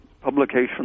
publication